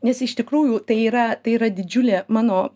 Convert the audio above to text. nes iš tikrųjų tai yra tai yra didžiulė mano